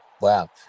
Wow